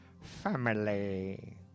Family